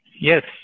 Yes